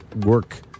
work